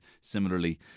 Similarly